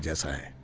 yeah sir,